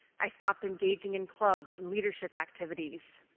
i stopped engaging in clubs and leadership activities.